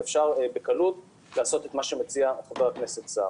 ואפשר בקלות לעשות את מה שמציע חבר הכנסת סער.